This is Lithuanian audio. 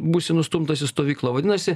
būsi nustumtas į stovyklą vadinasi